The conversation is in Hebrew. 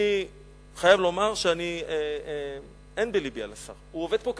אני חייב לומר שאין בלבי על השר, הוא עובד פה קשה,